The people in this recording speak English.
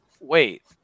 wait